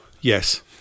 Yes